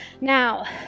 now